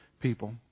people